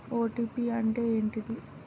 OTP అంటే ఏంటిది?